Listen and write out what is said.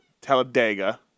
Talladega